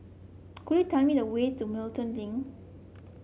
could you tell me the way to Milton Link